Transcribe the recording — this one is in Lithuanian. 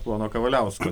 pono kavaliausko